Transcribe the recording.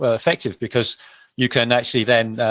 but effective, because you can actually, then,